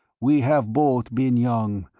we have both been young,